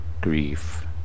grief